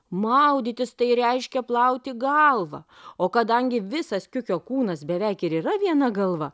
maudytis tai reiškia plauti galvą o kadangi visas kiukio kūnas beveik ir yra viena galva